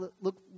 look